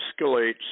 escalates